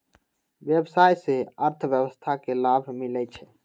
व्यवसाय से अर्थव्यवस्था के लाभ मिलइ छइ